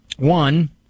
One